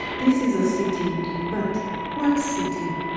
this is a city but what city?